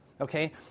Okay